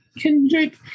Kendrick